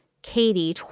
katie